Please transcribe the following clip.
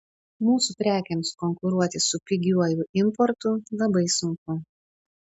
mūsų prekėms konkuruoti su pigiuoju importu labai sunku